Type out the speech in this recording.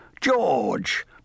George